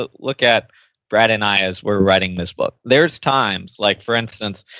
but look at brad and i as we're writing this book. there's times, like for instance,